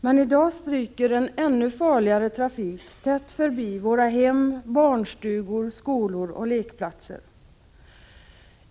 Men i dag stryker en ännu farligare trafik tätt förbi våra hem, barnstugor, skolor och lekplatser.